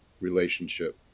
relationship